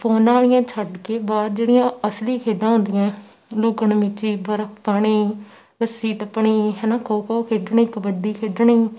ਫੋਨਾਂ ਵਾਲੀਆਂ ਛੱਡ ਕੇ ਬਾਹਰ ਜਿਹੜੀਆਂ ਅਸਲੀ ਖੇਡਾਂ ਹੁੰਦੀਆਂ ਲੁੱਕਣ ਮੀਚੀ ਬਰਫ ਪਾਣੀ ਰੱਸੀ ਟੱਪਣੀ ਹੈ ਨਾ ਖੋ ਖੋ ਖੇਡਣੀ ਕਬੱਡੀ ਖੇਡਣੀ